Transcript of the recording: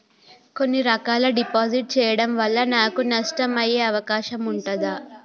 కొన్ని రకాల డిపాజిట్ చెయ్యడం వల్ల నాకు నష్టం అయ్యే అవకాశం ఉంటదా?